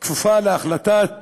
כפופה להחלטת